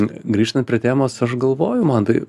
grįžtant prie temos aš galvoju mantai